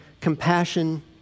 compassion